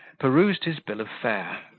perused his bill of fare,